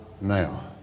now